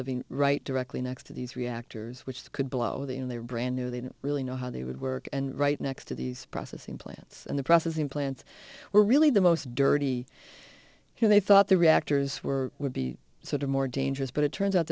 living right directly next to these reactors which they could blow the in their brand new they didn't really know how they would work and right next to these processing plants in the processing plants were really the most dirty who they thought the reactors were would be sort of more dangerous but it turns out